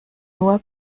nur